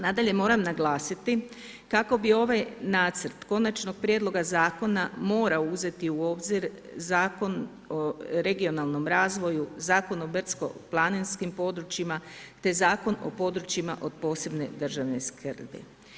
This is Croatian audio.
Nadalje, moram naglasiti kako bi ovaj Nacrt konačnog prijedloga zakona morao uzeti u obzir Zakon o regionalnom razvoju, Zakon o brdsko-planinskim područjima te Zakon o područjima od posebne državne skrbi.